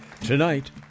Tonight